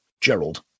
Gerald